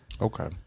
Okay